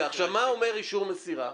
מה אומר אישור מסירה?